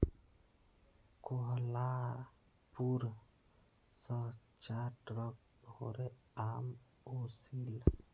कोहलापुर स चार ट्रक भोरे आम ओसील